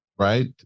Right